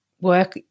work